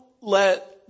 let